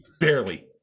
Barely